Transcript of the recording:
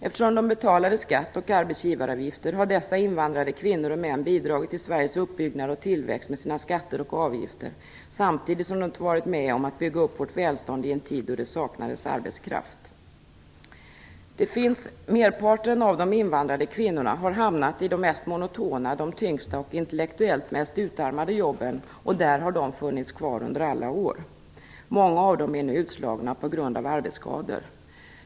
Eftersom de betalade skatt och arbetsgivaravgifter har dessa invandrade kvinnor och män bidragit till Sveriges uppbyggnad och tillväxt med sina skatter och avgifter, samtidigt som de varit med om att bygga upp vårt välstånd i en tid då det saknades arbetskraft. Merparten av invandrade kvinnor har hamnat i de mest monotona, de tyngsta och de intellektuellt mest utarmade jobben, och där har de funnits kvar under alla år. Många av dem är nu utslagna till följd av arbetsskador.